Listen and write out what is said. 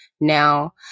Now